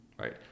Right